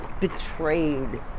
betrayed